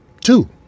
Two